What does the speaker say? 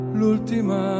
l'ultima